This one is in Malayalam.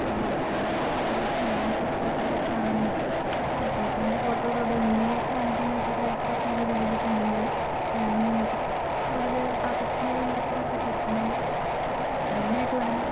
എൻ്റെ ഫോട്ടോ അതായതിപ്പം ഞാൻ ഇപ്പോഴൊരു ഫോട്ടോഗ്രാഫർ ആണെങ്കിൽ ഇപ്പം എൻ്റെ ഫോട്ടോകളിലൂടെ ഇന്ത്യയെ കാണിക്കാനായിട്ട് ഒരവസരം ഒക്കെ ലഭിച്ചിട്ടുണ്ടെങ്കിൽ ഞാൻ അതിൽ പകർത്തുന്നത് എന്തൊക്കെയാണെന്നൊക്കെ ചോദിച്ചിട്ടുണ്ടെങ്കിൽ മെയിനായിട്ടു പറയാം